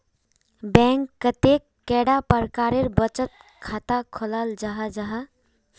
Bank कतेक कैडा प्रकारेर बचत खाता खोलाल जाहा जाहा?